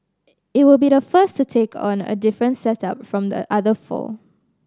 it will be the first to take on a different setup from the other four